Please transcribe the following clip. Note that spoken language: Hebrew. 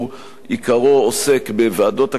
עיקרו עוסק בוועדות הכנסת,